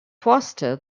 faster